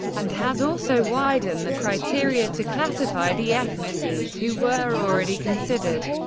and has also widen the criteria to classify the ethnicies who were already considered,